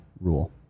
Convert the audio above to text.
rule